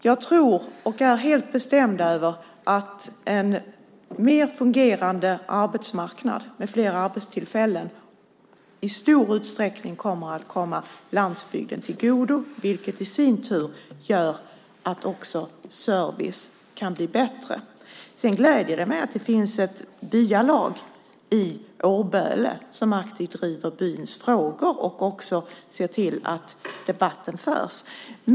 Jag tror helt bestämt att en mer fungerande arbetsmarknad med fler arbetstillfällen i stor utsträckning kommer att komma landsbygden till godo, vilket i sin tur gör att också servicen kan bli bättre. Det gläder mig att det finns ett byalag i Årböle som aktivt driver byns frågor och också ser till att debatten förs.